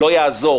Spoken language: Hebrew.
לא יעזור,